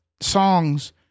songs